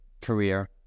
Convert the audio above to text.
career